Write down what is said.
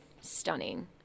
Stunning